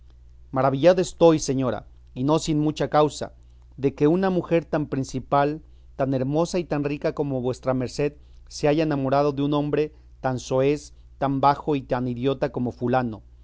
maravillado estoy señora y no sin mucha causa de que una mujer tan principal tan hermosa y tan rica como vuestra merced se haya enamorado de un hombre tan soez tan bajo y tan idiota como fulano